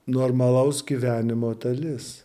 normalaus gyvenimo dalis